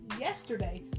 yesterday